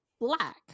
black